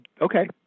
okay